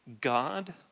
God